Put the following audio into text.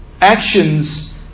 actions